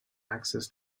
access